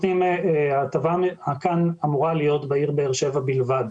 ההטבה כאן אמורה להיות בעיר באר שבע בלבד.